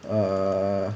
uh